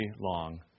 long